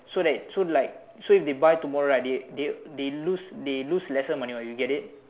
so that so like so if they buy tomorrow right they they they lose they lose lesser money [what] do you get it